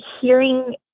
hearing